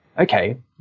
okay